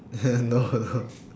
eh no